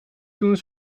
toen